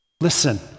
Listen